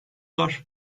var